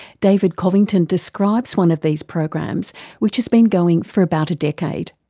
david covington describes one of these programs which has been going for about a decade.